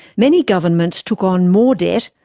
many governments took on more debt,